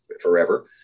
forever